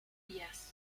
yes